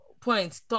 points